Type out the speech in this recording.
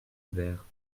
verre